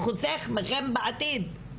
חוסך מכם בעתיד.